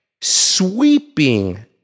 sweeping